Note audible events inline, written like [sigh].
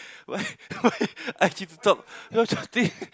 why [laughs] why ask you to talk no shouting